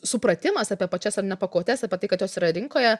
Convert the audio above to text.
supratimas apie pačias ar ne pakuotes apie tai kad jos yra rinkoje